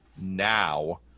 now